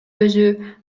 өзү